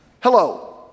Hello